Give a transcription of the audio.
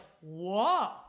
Whoa